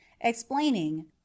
explaining